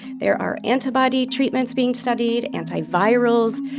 there are antibody treatments being studied, antivirals.